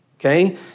Okay